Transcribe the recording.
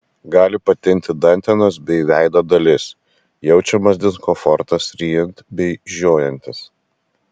gali patinti dantenos bei veido dalis jaučiamas diskomfortas ryjant bei žiojantis